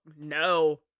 no